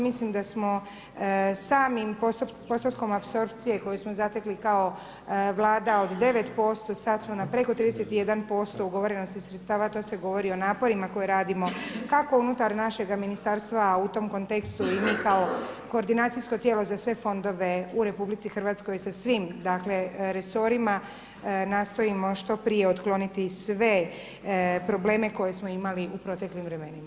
Mislim da smo samim postupkom apsorpcije koju smo zatekli kao Vlada od 9%, sada smo na preko 31% ugovorenosti sredstava a to se govori o naporima koje radimo kako unutar našega ministarstva a u tom kontekstu i mi kao koordinacijsko tijelo za sve fondove u RH sa svim dakle resorima nastojimo što prije otkloniti sve probleme koje smo imali u proteklim vremenima.